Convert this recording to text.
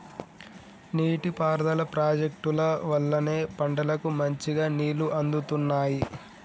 నీటి పారుదల ప్రాజెక్టుల వల్లనే పంటలకు మంచిగా నీళ్లు అందుతున్నాయి